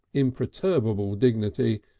imperturbable dignity,